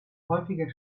häufiger